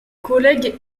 collègue